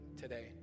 today